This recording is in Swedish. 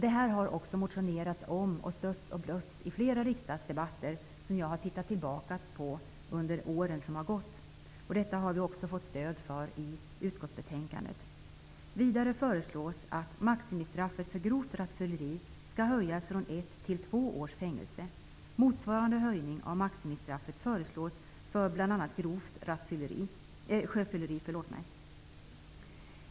Det här har det motionerats om, och det har stötts och blötts i flera riksdagsdebatter under åren som har gått, vilket jag har studerat. Detta har vi också fått stöd för i utskottsbetänkandet. Vidare föreslås att maximistraffet för grovt rattfylleri skall höjas från ett till två års fängelse. Motsvarande höjning av maximistraffet föreslås för bl.a. grovt sjöfylleri.